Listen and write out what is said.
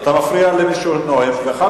ואתה מפריע למי שנואם.